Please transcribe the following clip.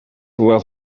will